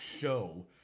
show